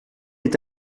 est